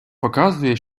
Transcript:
показує